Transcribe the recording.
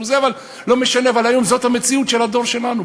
אבל לא משנה, היום זו המציאות של הדור שלנו.